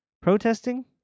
Protesting